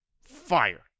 fire